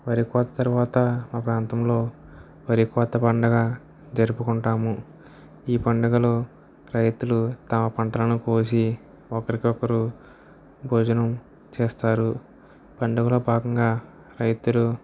వరి కోత తరువాత మా ప్రాంతంలో వరి కోత పండగ జరుపుకుంటాము ఈ పండగలో రైతులు తమ పంటలను కోసి ఒకరికొకరు భోజనం చేస్తారు పండుగలో భాగంగా రైతులు